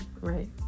right